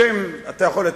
בשם, אתה יכול לייצג,